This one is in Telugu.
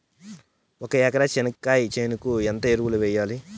ఒక ఎకరా చెనక్కాయ చేనుకు ఎంత ఎరువులు వెయ్యాలి?